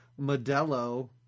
Modelo